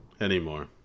Anymore